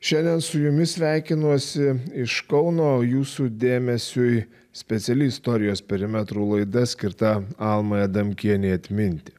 šiandien su jumis sveikinuosi iš kauno jūsų dėmesiui speciali istorijos perimetrų laida skirta almai adamkienei atminti